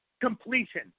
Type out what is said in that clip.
completion